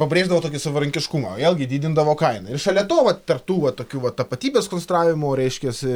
pabrėždavo tokį savarankiškumą vėlgi didindavo kainą ir šalia to vat tarp tų va tokių va tapatybės konstravimų reiškiasi